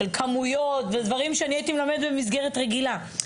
של כמויות ודברים שאני הייתי מלמדת במסגרת רגילה.